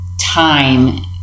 time